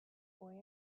boy